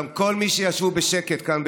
גם כל מי שישבו בשקט כאן,